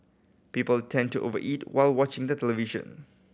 people tend to over eat while watching the television